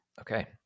Okay